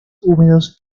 húmedos